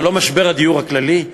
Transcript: זה לא משבר הדיור הכללי,